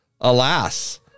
Alas